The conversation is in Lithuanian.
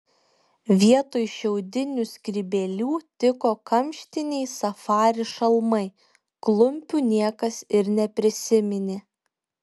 vietoj šiaudinių skrybėlių tiko kamštiniai safari šalmai klumpių niekas ir neprisiminė